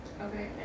Okay